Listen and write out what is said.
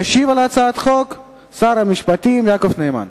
ישיב על הצעת החוק שר המשפטים יעקב נאמן.